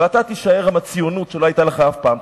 ואתה תישאר עם הציונות שלא היתה לך אף פעם.